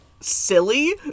silly